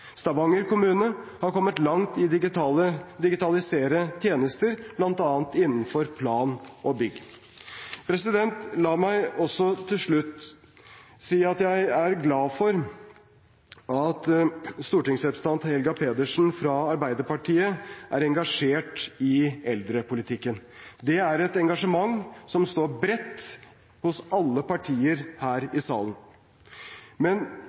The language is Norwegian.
Stavanger kommune har kommet langt i å digitalisere tjenester, bl.a. innenfor plan og bygg. La meg til slutt si at jeg er glad for at stortingsrepresentant Helga Pedersen fra Arbeiderpartiet er engasjert i eldrepolitikken. Det er et engasjement som står bredt hos alle partier her i salen. Men